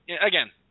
again –